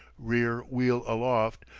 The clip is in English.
rear wheel aloft,